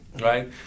Right